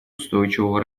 устойчивого